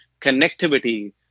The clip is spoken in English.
connectivity